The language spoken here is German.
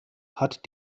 hat